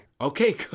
Okay